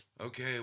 okay